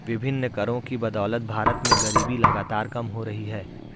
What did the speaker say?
विभिन्न करों की बदौलत भारत में गरीबी लगातार कम हो रही है